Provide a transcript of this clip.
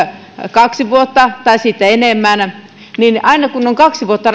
kaksi vuotta tai sitä enemmän niin aina kun rangaistus on kaksi vuotta